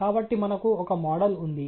కాబట్టి మనకు ఒక మోడల్ ఉంది